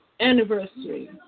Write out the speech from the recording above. Anniversary